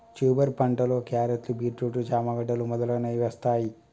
tuber పంటలో carrots, beetroot, చామ గడ్డలు మొదలగునవి వస్తాయ్